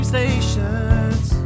Stations